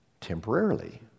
temporarily